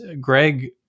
Greg